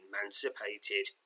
emancipated